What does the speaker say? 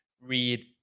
read